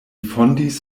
fondis